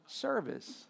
Service